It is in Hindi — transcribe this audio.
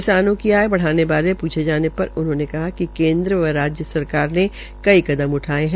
किसानों की आय बढ़ाने बारे पूछे थाने पर उन्होंने कहा कि केन्द्र व राज्य सरकार ने कई कदम उठाये है